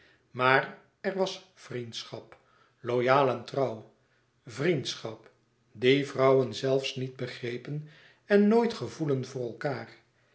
maar er was vriendschap loyaal en trouw vriendschap die vrouwen zelfs niet begrepen en nooit gevoelden voor elkaâr